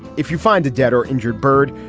if you find a dead or injured bird,